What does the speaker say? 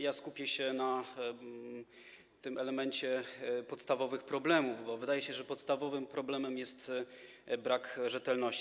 Ja skupię się na elemencie podstawowych problemów, bo wydaje się, że podstawowym problemem jest brak rzetelności.